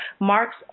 Mark's